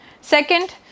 Second